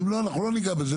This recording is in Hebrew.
ואם לא אנחנו לא ניגע בזה,